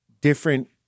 different